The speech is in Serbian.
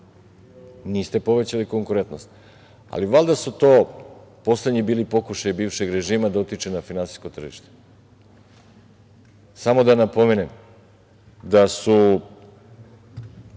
niste povećali konkurentnost. Valjda su to poslednji bili pokušaji bivšeg režima da utiče na finansijsko tržište. Samo da napomenem da je